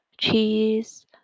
cheese